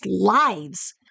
lives